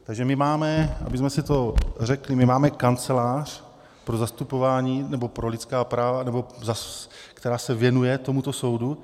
Takže my máme, abychom si to řekli, my máme kancelář pro zastupování, nebo pro lidská práva, která se věnuje tomuto soudu...